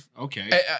Okay